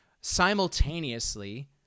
simultaneously